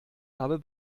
habe